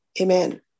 Amen